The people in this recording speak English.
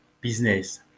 business